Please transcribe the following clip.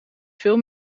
veel